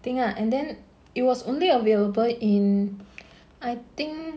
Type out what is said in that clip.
thing uh and then it was only available in I think